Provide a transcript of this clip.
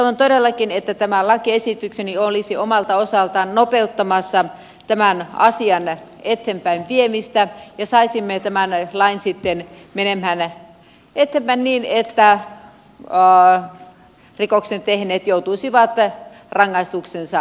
toivon todellakin että tämä lakiesitykseni olisi omalta osaltaan nopeuttamassa tämän asian eteenpäinviemistä ja saisimme tämän lain menemään eteenpäin niin että rikoksen tehneet joutuisivat rangaistuksensa kärsimään